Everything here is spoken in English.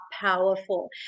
powerful